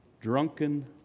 drunken